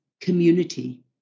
community